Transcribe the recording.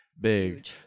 big